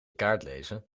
kaartlezen